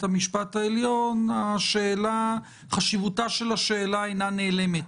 המשפט העליון חשיבותה של השאלה אינה נעלמת.